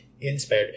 inspired